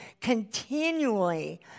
continually